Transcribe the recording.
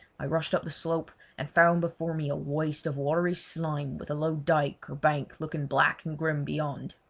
i rushed up the slope and found before me a waste of watery slime, with a low dyke or bank looking black and grim beyond.